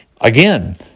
Again